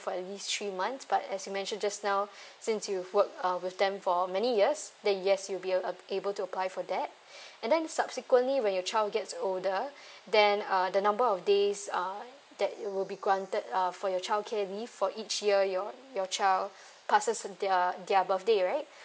for at least three months but as you mention just now since you work uh with them for many years then yes you'll be uh able to apply for that and then subsequently when your child gets older then uh the number of days uh that you will be granted uh for your childcare leave for each year your your child passes their their birthday right